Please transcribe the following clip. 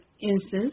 instance